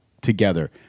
together